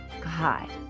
God